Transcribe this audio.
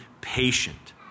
patient